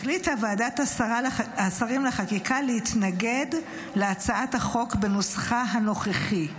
החליטה ועדת השרים לחקיקה להתנגד להצעת החוק בנוסחה הנוכחי.